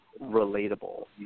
relatable